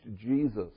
Jesus